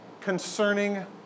concerning